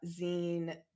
zine